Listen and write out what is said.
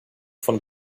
von